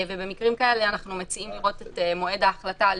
במקרים כאלה אנחנו מציעים לראות את מועד ההחלטה על